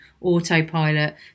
autopilot